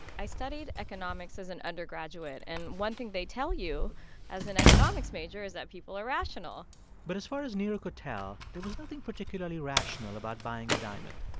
i studied economics as an undergraduate, and one thing they tell you as an economics major is that people are rational but as far as neeru ah there was nothing particularly rational about buying a diamond.